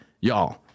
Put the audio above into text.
y'all